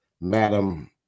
Madam